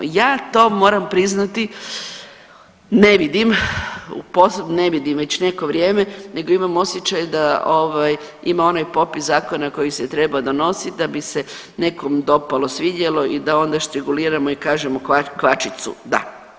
Ja to moram priznati ne vidim, ne vidim već neko vrijeme, nego imam osjećaj da ima onaj popis zakona koji se treba donositi da bi se nekom dopalo, svidjelo i da onda štriguliramo i kažemo kvačicu da.